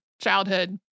childhood